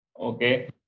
Okay